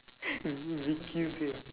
only send